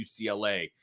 UCLA